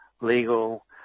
legal